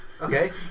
okay